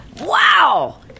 wow